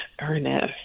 Ernest